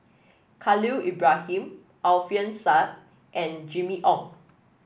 Khalil Ibrahim Alfian Sa'at and Jimmy Ong